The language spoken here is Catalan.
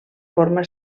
forma